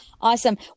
Awesome